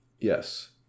Yes